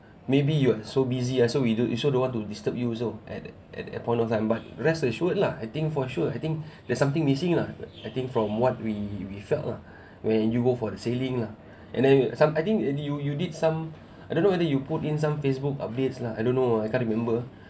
maybe you were so busy ah so we do you don't want to disturb you also at at that point of time but rest assured lah I think for sure I think there's something missing lah I think from what we we felt lah when you go for the sailing lah and then some I think any you you did some I don't know whether you put in some facebook updates lah I don't know I can't remember